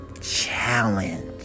challenge